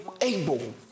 able